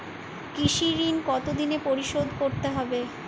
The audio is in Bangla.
কৃষি ঋণ কতোদিনে পরিশোধ করতে হবে?